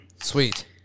Sweet